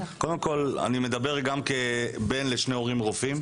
קודם כול, אני מדבר גם כבן לשני הורים רופאים,